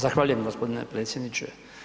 Zahvaljujem gospodine predsjedniče.